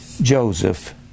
Joseph